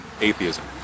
atheism